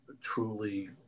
truly